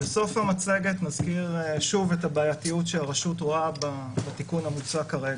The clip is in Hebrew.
בסוף המצגת נזכיר שוב את הבעייתיות שהרשות רואה בתיקון המוצע כרגע.